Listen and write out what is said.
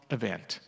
event